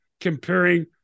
comparing